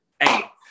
hey